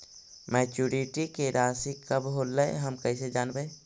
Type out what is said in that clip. Maturity के रासि कब होलै हम कैसे जानबै?